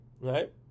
right